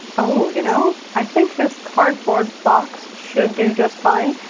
oh, ya know, i think this cardboard box should do just fine.